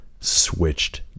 switched